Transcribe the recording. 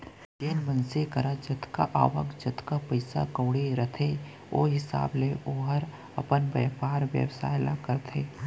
जेन मनसे करा जतका आवक, जतका पइसा कउड़ी रथे ओ हिसाब ले ओहर अपन बयपार बेवसाय ल करथे